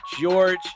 George